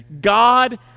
God